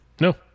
No